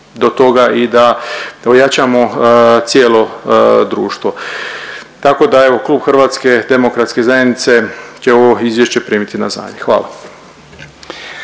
i da ojačamo cijelo društvo. Tako da evo klub Hrvatske demokratske zajednice će ovo Izvješće primiti na znanje. Hvala.